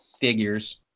figures